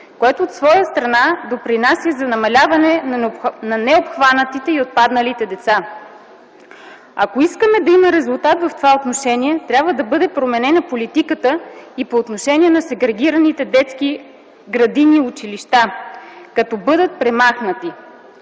който от своя страна допринася за намаляване на необхванатите и отпадналите деца. Ако искаме да има резултат в това отношение, трябва да бъде променена политиката и по отношение на сегрегираните детски градини и училища, като бъдат премахнати.